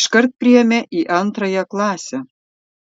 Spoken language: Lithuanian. iškart priėmė į antrąją klasę